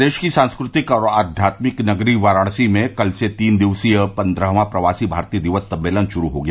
प्रदेश की सांस्कृतिक और आध्यात्मिक नगरी वाराणसी में कल से तीन दिवसीय पन्द्रहवां प्रवासी भारतीय दिवस सम्मेलन शुरू हो गया